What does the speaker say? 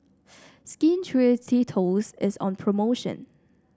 Skin Ceuticals is on promotion